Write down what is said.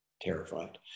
terrified